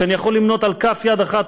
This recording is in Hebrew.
שאני יכול למנות על כף יד אחת,